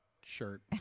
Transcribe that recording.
shirt